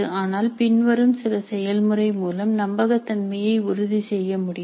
ஆனால் பின்வரும் சில செயல்முறை மூலம் நம்பகத்தன்மையை உறுதி செய்ய முடியும்